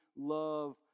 love